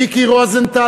מיקי רוזנטל,